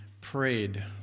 prayed